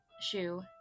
shoe